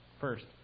First